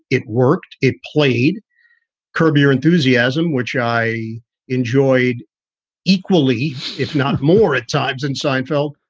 it worked. it played curb your enthusiasm, which i enjoyed equally, if not more at times. and seinfeld.